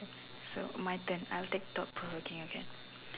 so my turn I'll take thought provoking again